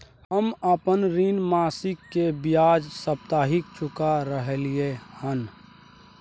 हम अपन ऋण मासिक के बजाय साप्ताहिक चुका रहलियै हन